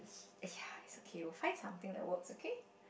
yeah is okay we will find something that works okay